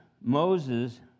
Moses